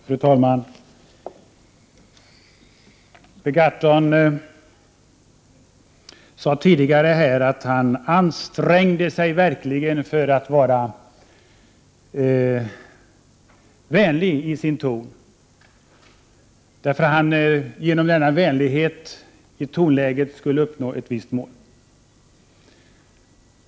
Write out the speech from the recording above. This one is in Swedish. Fru talman! Per Gahrton sade tidigare att han verkligen ansträngde sig för att vara vänlig i sin ton, för att han genom denna vänlighet i tonläget skulle kunna nå ett visst mål.